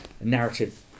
narrative